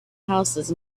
houses